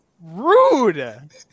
Rude